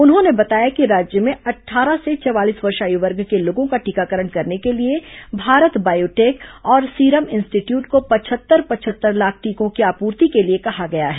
उन्होंने बताया कि राज्य में अट्ठारह से चवालीस वर्ष आयु वर्ग के लोगों का टीकाकरण करने के लिए भारत बायोटेक और सीरम इंस्टीट्यूट को पचहत्तर पचहत्तर लाख टीकों की आपूर्ति के लिए कहा गया है